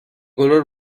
color